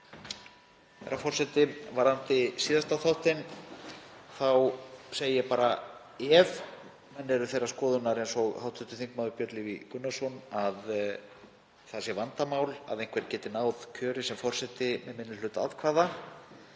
Herra forseti. Varðandi síðasta þáttinn segi ég bara: Ef menn eru þeirrar skoðunar, eins og hv. þm. Björn Leví Gunnarsson, að það sé vandamál að einhver geti náð kjöri sem forseti með minni hluta atkvæða